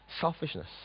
selfishness